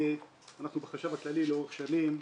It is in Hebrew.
אנחנו בחשב הכללי לאורך שנים,